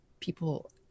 people